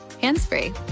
hands-free